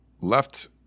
left